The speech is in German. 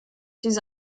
diese